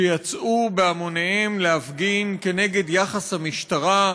שיצאו בהמוניהם להפגין נגד יחס המשטרה,